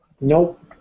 Nope